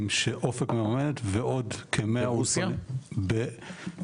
שאופק מממנת ועוד כ-100 אולפנים --- ברוסיה?